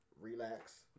relax